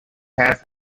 has